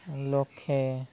ଲକ୍ଷେ